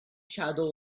shadow